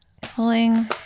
pulling